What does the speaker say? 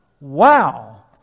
wow